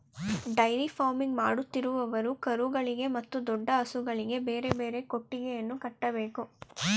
dairy farming ಮಾಡುತ್ತಿರುವವರು ಕರುಗಳಿಗೆ ಮತ್ತು ದೊಡ್ಡ ಹಸುಗಳಿಗೆ ಬೇರೆ ಬೇರೆ ಕೊಟ್ಟಿಗೆಯನ್ನು ಕಟ್ಟಬೇಕು